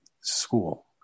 school